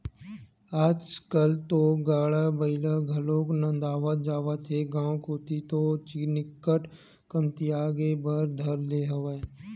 आजकल तो गाड़ा बइला घलोक नंदावत जात हे गांव कोती तो निच्चट कमतियाये बर धर ले हवय